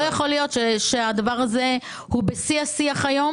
לא יכול להיות שהדבר הזה הוא בשיא השיח היום